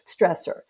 stressor